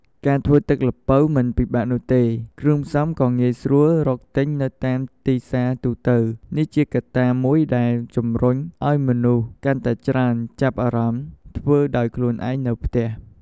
ការធ្វើទឹកល្ពៅមិនពិបាកនោះទេ គ្រឿងផ្សំក៏ងាយស្រួលរកទិញនៅតាមទីផ្សារទូទៅ នេះជាកត្តាមួយដែលជំរុញឲ្យមនុស្សកាន់តែច្រើនចាប់អារម្មណ៍ធ្វើដោយខ្លួនឯងនៅផ្ទះ។